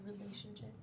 relationship